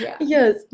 yes